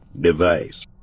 device